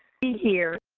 see here,